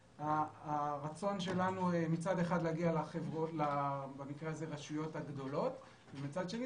הרצון שלי הוא מצד אחד להגיע לרשויות הגדולות ומצד שני